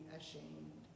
ashamed